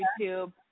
YouTube